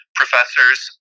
professors